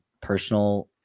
personal